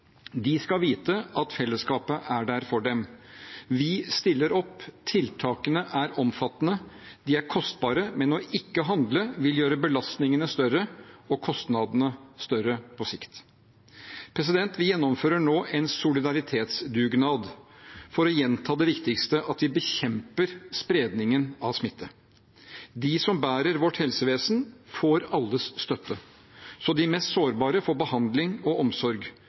De skal vite at fellesskapet er der for dem. Vi stiller opp. Tiltakene er omfattende og kostbare, men ikke å handle vil gjøre belastningene og kostnadene større på sikt. Vi gjennomfører nå en solidaritetsdugnad for – for å gjenta det viktigste – å bekjempe spredningen av smitte. De som bærer vårt helsevesen, får alles støtte, slik at de mest sårbare får behandling og omsorg.